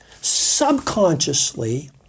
subconsciously